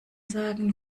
sagen